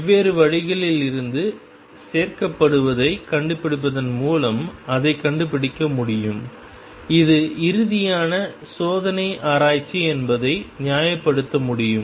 வெவ்வேறு வழிகளில் இருந்து சேர்க்கப்படுவதைக் கண்டுபிடிப்பதன் மூலம் அதைக் கண்டுபிடிக்க முடியும் இது இறுதியான சோதனை ஆராய்ச்சி என்பதை நியாயப்படுத்த முடியும்